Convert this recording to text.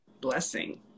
blessing